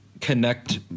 connect –